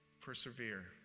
persevere